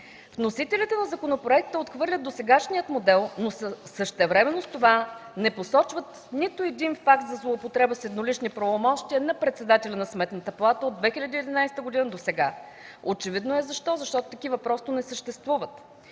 Вносителите на законопроекта отхвърлят досегашния модел, но същевременно с това не посочват нито един факт за злоупотреба с еднолични правомощия на председателя на Сметната палата от 2011 г. досега. Очевидно е защо. Защото такива просто не съществуват.